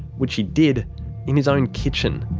which he did in his own kitchen.